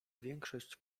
większość